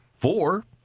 four